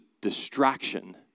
distraction